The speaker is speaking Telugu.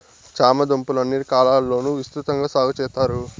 చామ దుంపలు అన్ని కాలాల లోనూ విసృతంగా సాగు చెత్తారు